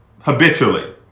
habitually